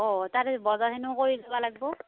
অঁ তাৰে বজাৰখিনিও কৰি ল'ব লাগিব